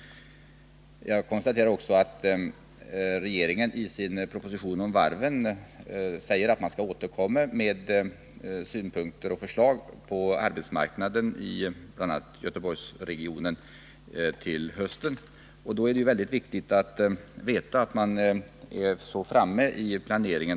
Jag konstaterar också att regeringen i sin proposition om varven säger att man skall återkomma med synpunkter och förslag när det gäller arbetsmark Nr 143 naden, bl.a. i Göteborgsregionen, till hösten. Det är därför viktigt att veta om man då kommer att vara tillräckligt väl framme i planeringen.